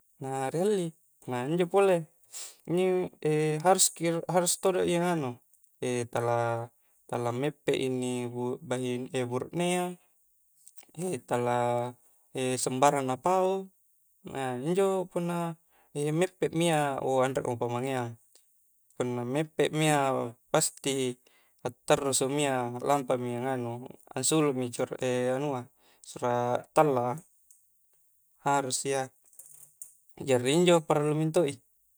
Na ri halli, na injo pole, inni haruski harus todo i angnganu, tala-tala meppe inni, buruknea, tala sembarang napau, a injo punna meppe mi ia, o anrekmo pamangeang, punna meppe mi ia, pasti attarussu mi iya lampa mi angnganu, ansuluk mi anua surat tallak a, harus iya jari injo parallu mintodo i.